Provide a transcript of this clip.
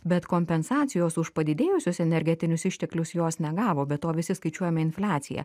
bet kompensacijos už padidėjusius energetinius išteklius jos negavo be to visi skaičiuojame infliaciją